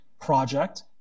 Project